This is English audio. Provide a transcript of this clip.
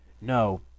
No